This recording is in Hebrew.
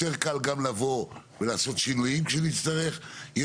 יותר קל גם לבוא ולעשות שינויים כשנצטרך וגם